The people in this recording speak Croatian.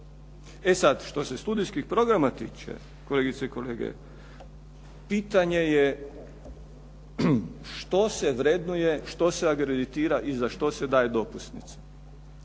E sada, što se studijskih programa tiče, kolegice i kolege, pitanje je što se vrednuje, što se agreditira i za što se daje dopusnicu.